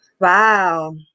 Wow